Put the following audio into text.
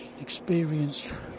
experienced